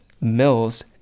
Mills